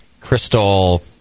crystal